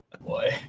Boy